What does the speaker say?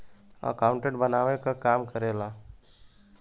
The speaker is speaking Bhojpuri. अकाउंटेंट बनावे क काम करेला